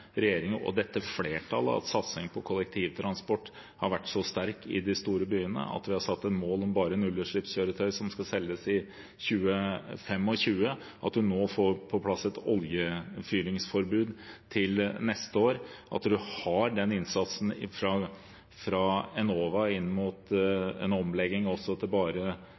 regjeringen – og dette flertallet – at satsingen på kollektivtransport har vært så sterk i de store byene, at vi har satt et mål om at det bare er nullutslippskjøretøy som skal selges i 2025, at vi nå får på plass et oljefyringsforbud til neste år, og at en har den innsatsen fra Enova inn mot en omlegging til bare